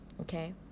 okay